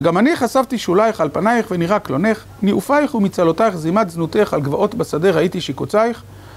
גם אני חשפתי שוליך על פניך ונראה קלונך, נאפיך ומצהלותיך זמת זנותך על גבעות בשדה ראיתי שקוציך